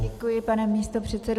Děkuji, pane místopředsedo.